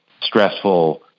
stressful